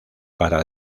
para